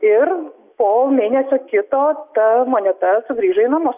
ir po mėnesio kito ta moneta sugrįžo į namus